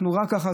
ככה,